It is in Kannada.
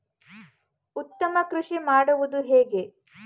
ಉತ್ತಮ ಕೃಷಿ ಮಾಡುವುದು ಹೇಗೆ?